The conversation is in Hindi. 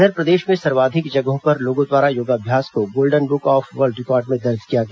इधर प्रदेश में सर्वाधिक जगहों पर लोगों द्वारा योगाभ्यास को golden book of world record में दर्ज किया गया